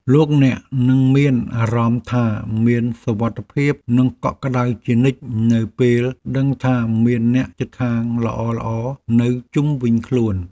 លោកអ្នកនឹងមានអារម្មណ៍ថាមានសុវត្ថិភាពនិងកក់ក្តៅជានិច្ចនៅពេលដឹងថាមានអ្នកជិតខាងល្អៗនៅជុំវិញខ្លួន។